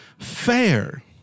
fair